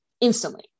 instantly